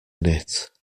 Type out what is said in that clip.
knit